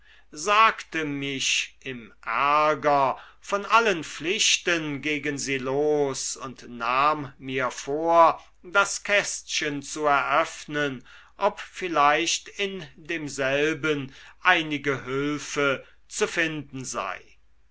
sagte mich im ärger von allen pflichten gegen sie los und nahm mir vor das kästchen zu öffnen ob vielleicht in demselben einige hülfe zu finden sei